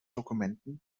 dokumenten